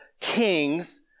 king's